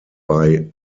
bei